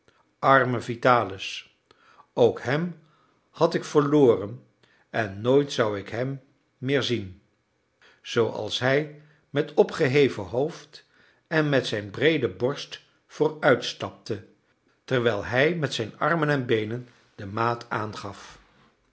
arme vitalis ook hem had ik verloren en nooit zou ik hem meer zien zooals hij met opgeheven hoofd en met zijn breede borst vooruitstapte terwijl hij met zijn armen en beenen de maat aangaf